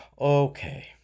okay